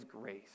grace